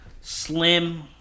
Slim